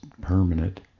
permanent